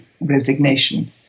resignation